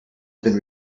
been